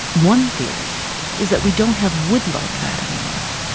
one theory is that we don't have wood like that anymore.